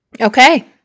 Okay